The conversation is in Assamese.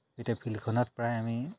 এতিয়া ফিল্ডখনত প্ৰায় আমি